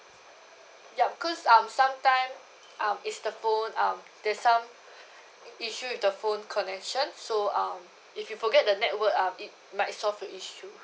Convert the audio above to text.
ya because um sometime um is the phone um there's some issue with the phone connection so um if you forget the network um it might solve the issue